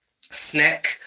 snack